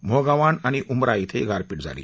मोहगव्हाण आणि उमरा इथंही गारपीट झाली